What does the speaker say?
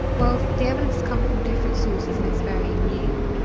well the evidence comes from different sources and it's very new.